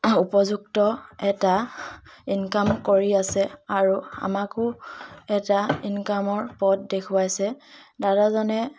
উপযুক্ত এটা ইনকাম কৰি আছে আৰু আমাকো এটা ইনকামৰ পথ দেখুৱাইছে দাদাজনে